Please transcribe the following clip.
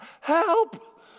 help